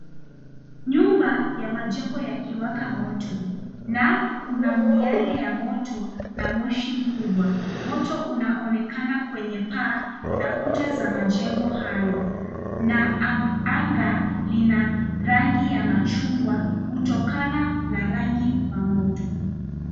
Nyumba ya majengo yakiwaka moto na kuna miale ya moto na moshi mkubwa. Moto unaonekana kwenye paa na kuta za majengo hayo na anga lina rangi ya machungwa kutokana na rangi wa moto.